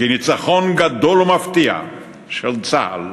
כניצחון גדול ומפתיע של צה"ל.